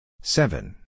Seven